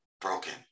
broken